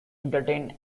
entertain